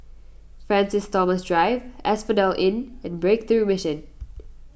Francis Thomas Drive Asphodel Inn and Breakthrough Mission